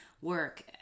work